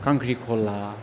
खांख्रिखला